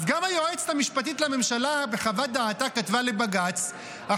אז גם היועצת המשפטית לממשלה כתבה לבג"ץ בחוות דעתה